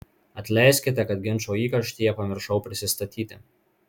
atleiskite kad ginčo įkarštyje pamiršau prisistatyti